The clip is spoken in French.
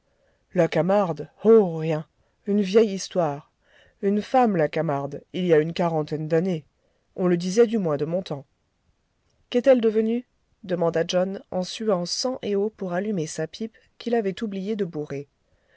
la camarde oh rien une vieille histoire une femme la camarde il y a une quarantaine d'années on le disait du moins de mon temps qu'est-elle devenue demanda john en suant sang et eau pour allumer sa pipe qu'il avait oublié de bourrer